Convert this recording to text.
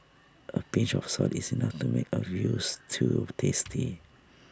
A pinch of salt is enough to make A Veal Stew tasty